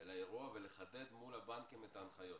לאירוע ולחדד מול הבנקים את ההנחיות.